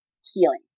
ceiling